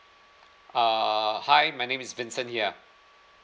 uh hi my name is vincent ya